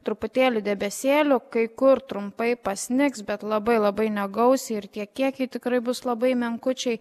truputėlį debesėlių kai kur trumpai pasnigs bet labai labai negausiai ir tie kiekiai tikrai bus labai menkučiai